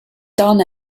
done